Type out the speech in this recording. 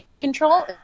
control